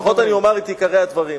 לפחות אני אומר את עיקרי הדברים.